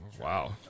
Wow